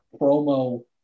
promo